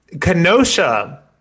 Kenosha